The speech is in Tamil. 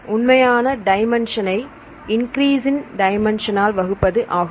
உண்மையான டைமென்ஷன்ஸ் ஐ இன்க்ரீஸ் இன் டைமென்ஷன் ஆல் வகுப்பது ஆகும்